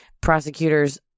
prosecutors